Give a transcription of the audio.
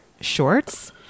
shorts